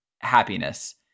happiness